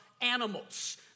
animals